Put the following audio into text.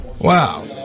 Wow